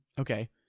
Okay